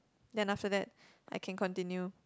then after that I can continue